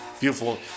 beautiful